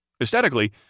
Aesthetically